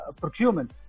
procurement